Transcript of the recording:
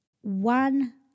one